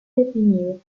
definido